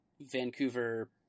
Vancouver